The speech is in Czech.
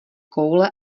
koule